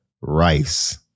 rice